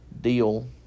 deal